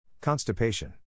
constipation